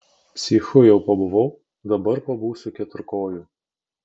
psichu jau pabuvau dabar pabūsiu keturkoju